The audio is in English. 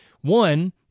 One